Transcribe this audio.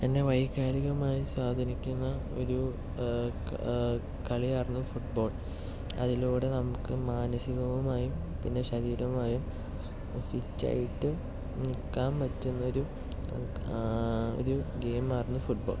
എന്നെ വൈകാരികമായി സ്വാധീനിക്കുന്ന ഒരു കളിയായിരുന്നു ഫുട്ബോൾ അതിലൂടെ നമുക്ക് മാനസികമായും പിന്നെ ശാരീരികമായും ഫിറ്റായിട്ട് നിൽക്കാൻ പറ്റുന്ന ഒരു ഒരു ഗെയിമായിരുന്നു ഫുട്ബോൾ